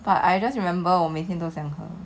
but I just remember 我每天都想喝